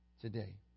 today